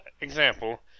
example